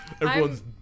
Everyone's